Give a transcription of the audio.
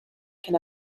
can